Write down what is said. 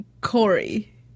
Corey